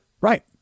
Right